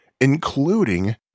including